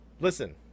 listen